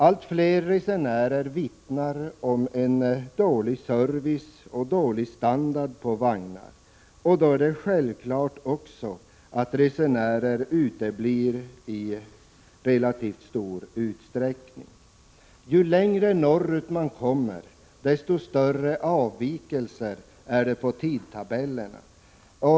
Allt fler resenärer vittnar om dålig service och dålig standard på vagnar. Då är det självklart att resenärer också uteblir i relativt stor utsträckning. Julängre norrut man kommer desto större blir avvikelserna i tidtabellerna.